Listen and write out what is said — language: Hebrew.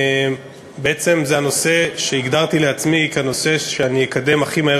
בעצם זה הנושא שהגדרתי לעצמי כנושא שאני אקדם הכי מהר